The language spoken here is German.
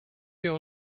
wir